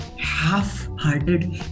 half-hearted